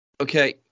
Okay